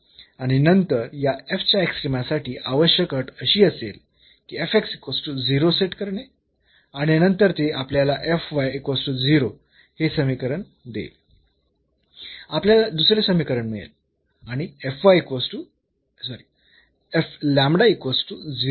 आणि नंतर या च्या एक्स्ट्रीमा साठी आवश्यक अट अशी असेल की सेट करणे आणि नंतर ते आपल्याला हे समीकरण देईल आपल्याला दुसरे समीकरण मिळेल आणि आपल्याला मिळेल